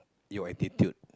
your attitude